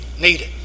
needed